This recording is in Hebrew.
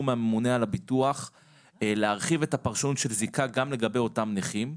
מהממונה על הביטוח להרחיב את הפרשנות של זיקה גם לגבי אותם נכים,